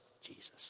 Jesus